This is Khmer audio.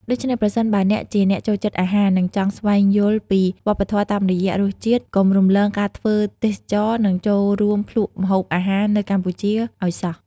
ដូច្នេះ ប្រសិនបើអ្នកជាអ្នកចូលចិត្តអាហារ និងចង់ស្វែងយល់ពីវប្បធម៌តាមរយៈរសជាតិ កុំរំលងការធ្វើទេសចរណ៍នឹងចូលរួមភ្លក្សម្ហូបអាហារនៅកម្ពុជាឲ្យសោះ ។